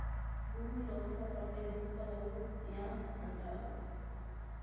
భూమి లోపల పండే దుంపలను యామ్ అంటారు